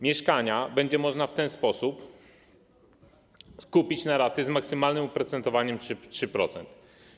Mieszkania będzie można w ten sposób kupić na raty z maksymalnym oprocentowaniem 3%.